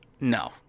No